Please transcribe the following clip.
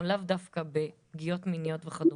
או לאו דווקא, בפגיעות מיניות וכדומה,